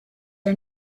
are